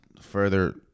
further